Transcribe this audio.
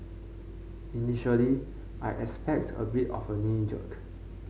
initially I expect a bit of a knee jerk